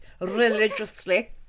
Religiously